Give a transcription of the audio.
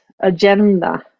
agenda